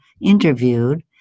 interviewed